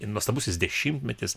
nuostabusis dešimtmetis